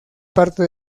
parte